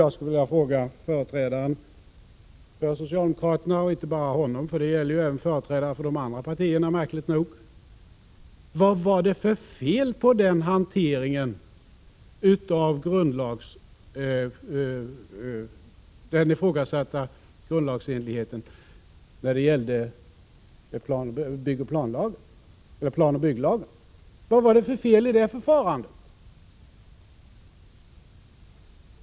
Jag skulle vilja fråga företrädaren för socialdemokraterna och för den delen inte bara honom, för frågan kan märkligt nog ställas även till företrädarna för de andra partierna: Vad var det för fel på den hantering som blev följden av den ifrågasatta grundlagsenligheten när det gällde planoch bygglagen? Vad var det för fel på det förfarandet?